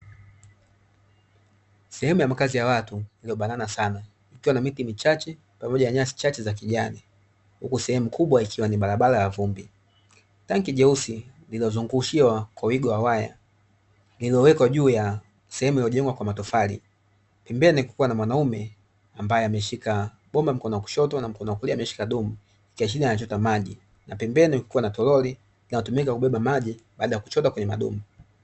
Sehemu ya makazi ya watu iliyobanana sana, ikiwa na miti michache pamoja na nyasi chache za kijani, huku sehemu kubwa ikiwa ni barabara ya vumbi. Tanki jeusi lililozungushiwa korido ya waya, lililowekwa juu ya sehemu iliyojengwa kwa matofali, pembeni kukiwa na mwanaume ambaye ameshika bomba mkono wa kushoto na mkono wa kulia ameshika dumu, ikiashiria anachota maji, na pembeni kukiwa na toroli linatumika kubeba maji baada ya kuchota kwenye madumu.